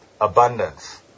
abundance